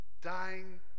dying